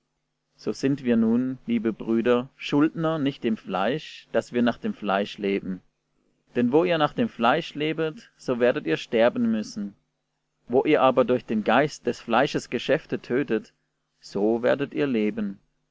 so sind wir nun liebe brüder schuldner nicht dem fleisch daß wir nach dem fleisch leben denn wo ihr nach dem fleisch lebet so werdet ihr sterben müssen wo ihr aber durch den geist des fleisches geschäfte tötet so werdet ihr leben